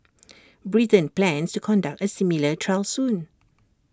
Britain plans to conduct A similar trial soon